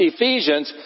Ephesians